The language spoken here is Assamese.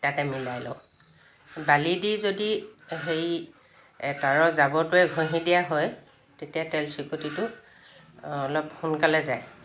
তাতে মিলাই লওঁ বালি দি যদি সেই তাঁৰৰ জাবৰটোৱে ঘঁহি দিয়া হয় তেতিয়া তেলচিকটিটো অলপ সোনকালে যায়